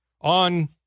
on